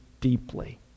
deeply